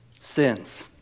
sins